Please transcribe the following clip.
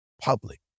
public